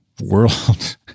world